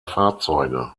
fahrzeuge